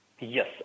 Yes